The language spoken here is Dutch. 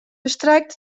bestrijkt